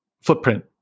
footprint